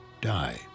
die